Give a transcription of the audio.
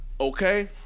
okay